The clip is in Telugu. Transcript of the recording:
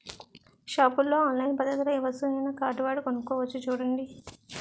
షాపుల్లో ఆన్లైన్ పద్దతిలో ఏ వస్తువునైనా కార్డువాడి కొనుక్కోవచ్చు చూడండి